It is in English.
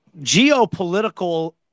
geopolitical